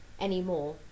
anymore